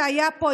שהיה פה,